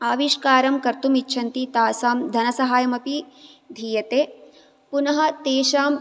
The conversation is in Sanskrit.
आविष्कारं कर्तुम् इच्छन्ति तासां धनसहायमपि धीयते पुनः तेषां